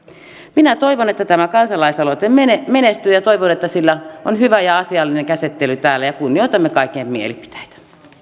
minä toivon että tämä kansalaisaloite menestyy ja toivon että sillä on hyvä ja asiallinen käsittely täällä ja kunnioitamme kaikkien mielipiteitä